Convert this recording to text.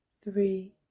three